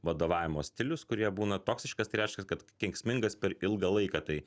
vadovavimo stilius kurie būna toksiškas tai reiškia kad kenksmingas per ilgą laiką tai